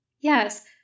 Yes